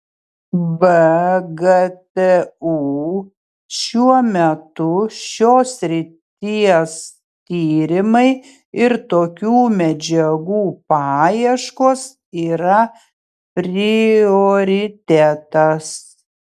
vgtu šiuo metu šios srities tyrimai ir tokių medžiagų paieškos yra prioritetas